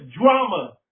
drama